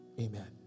Amen